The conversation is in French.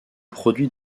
produit